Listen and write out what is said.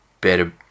better